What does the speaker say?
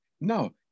No